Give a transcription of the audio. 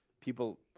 people